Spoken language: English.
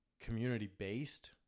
community-based –